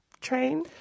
train